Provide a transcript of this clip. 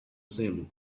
same